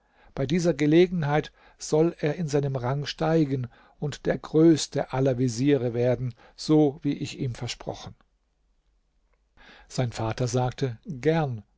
bei dieser gelegenheit soll er in seinem rang steigen und der größte aller veziere werden so wie ich ihm versprochen sein vater sagte gern